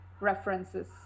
references